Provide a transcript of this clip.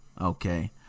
okay